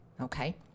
Okay